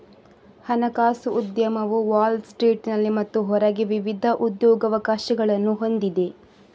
ಹಣಕಾಸು ಉದ್ಯಮವು ವಾಲ್ ಸ್ಟ್ರೀಟಿನಲ್ಲಿ ಮತ್ತು ಹೊರಗೆ ವಿವಿಧ ಉದ್ಯೋಗಾವಕಾಶಗಳನ್ನು ಹೊಂದಿದೆ